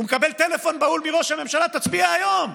הוא מקבל טלפון בהול מראש הממשלה: תצביע היום.